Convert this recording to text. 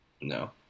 No